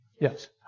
Yes